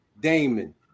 Damon